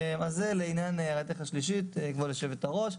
זה לעניין הערתך השלישית, כבוד יושבת הראש.